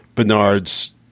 Bernard's